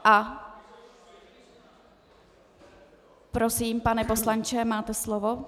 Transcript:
A prosím, pane poslanče, máte slovo.